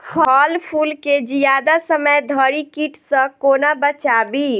फल फुल केँ जियादा समय धरि कीट सऽ कोना बचाबी?